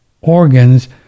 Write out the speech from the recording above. organs